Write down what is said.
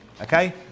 okay